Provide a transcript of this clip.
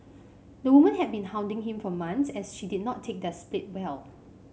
the woman had been hounding him for months as she did not take their split well